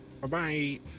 Bye-bye